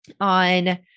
on